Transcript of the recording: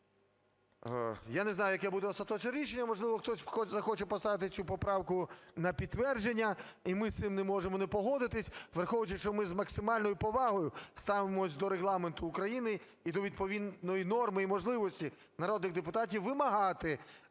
Я не знаю, яке буде остаточне рішення, можливо, хтось захоче поставити цю поправку на підтвердження, і ми з цим не можемо не погодитись, враховуючи, що ми з максимальною повагою ставимось до Регламенту України і до відповідної норми і можливості народних депутатів вимагати